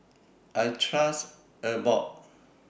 I Trust Abbott